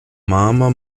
máma